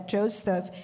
Joseph